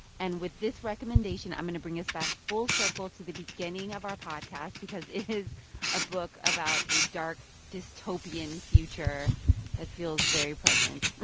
and with this recommendation, i'm going to bring us back full circle to the beginning of our podcast because it is a book about a dark dystopian future that feels very present,